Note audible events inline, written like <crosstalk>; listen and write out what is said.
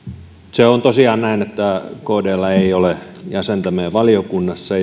se on tosiaan näin että kdllä ei ole jäsentä meidän valiokunnassa <unintelligible>